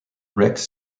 rex